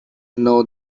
know